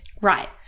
Right